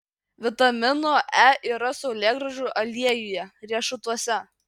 vitamino e yra saulėgrąžų aliejuje riešutuose